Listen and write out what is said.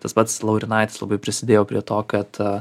tas pats laurinaitis labai prisidėjo prie to kad